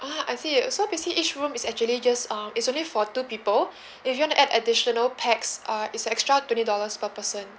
ah I see you so basically each room is actually just uh it's only for two people if you want to add additional pax uh it's extra twenty dollars per person